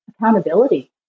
accountability